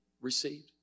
received